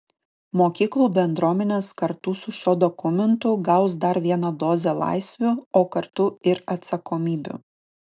mokyklų bendruomenės kartu su šiuo dokumentu gaus dar vieną dozę laisvių o kartu ir atsakomybių